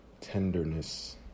tenderness